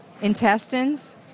Intestines